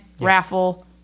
raffle